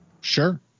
Sure